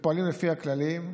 ופועלים לפי הכללים,